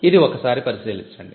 ఇది ఒక్కసారి పరిశీలించండి